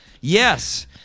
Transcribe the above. Yes